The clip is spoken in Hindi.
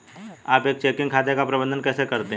आप एक चेकिंग खाते का प्रबंधन कैसे करते हैं?